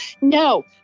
No